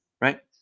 right